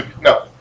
no